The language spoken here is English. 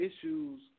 issues